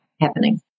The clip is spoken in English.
happening